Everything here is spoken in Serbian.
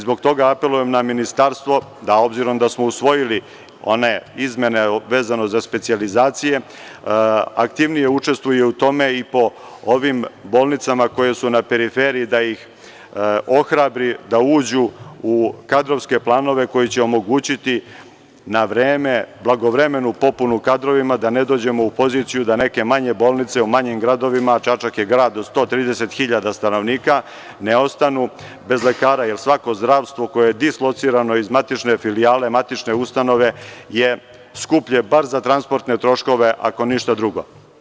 Zbog toga apelujem na Ministarstvo, obzirom da smo usvojili one izmene vezano za specijalizacije, da aktivnije učestvuje u tome i po ovim bolnicama koje su na periferiji, da ih ohrabri da uđu u kadrovske planove koji će omogućiti na vreme blagovremenu popunu kadrovima, da ne dođemo u poziciju da neke manje bolnice u manjim gradovima, Čačak je grad od 130.000 stanovnika, ne ostanu bez lekara, jer svako zdravstvo koje je dislocirano iz matične filijale, matične ustanove, je skuplje bar za transportne troškove, ako ništa drugo.